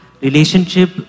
relationship